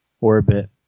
orbit